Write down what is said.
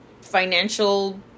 financial